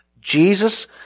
Jesus